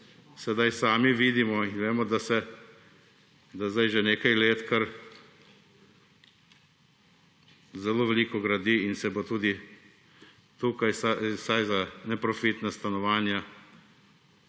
sedaj sami vidimo in vemo, da zdaj že nekaj let kar zelo veliko gradi, in se bo tudi tukaj vsaj za neprofitna stanovanja